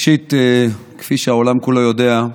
ראשית, כפי שהעולם כולו יודע,